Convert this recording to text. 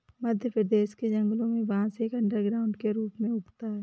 मध्य भारत के जंगलों में बांस एक अंडरग्राउंड के रूप में उगता है